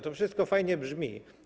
To wszystko fajnie brzmi.